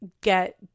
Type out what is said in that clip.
get